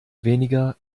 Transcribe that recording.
weniger